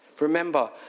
Remember